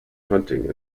hunting